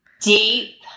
deep